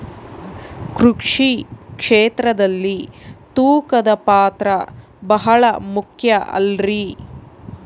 ಕೃಷಿ ಕ್ಷೇತ್ರದಲ್ಲಿ ತೂಕದ ಪಾತ್ರ ಬಹಳ ಮುಖ್ಯ ಅಲ್ರಿ?